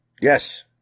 Yes